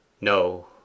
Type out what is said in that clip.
No